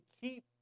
keep